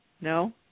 No